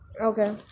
Okay